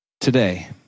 today